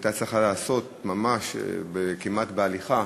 שהייתה צריכה להיעשות כמעט בהליכה,